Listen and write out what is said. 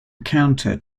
counter